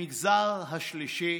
המגזר השלישי: